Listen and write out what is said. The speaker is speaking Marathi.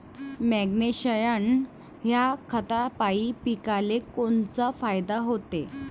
मॅग्नेशयम ह्या खतापायी पिकाले कोनचा फायदा होते?